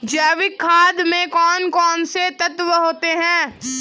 जैविक खाद में कौन कौन से तत्व होते हैं?